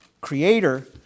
creator